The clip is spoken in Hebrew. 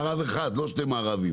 מערב אחד, לא שני מערבים.